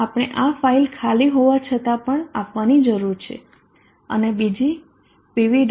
આપણે આ ફાઈલ ખાલી હોવા છતાં પણ આપવાની જરૂર છે અને બીજી pv